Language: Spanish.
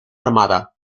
armada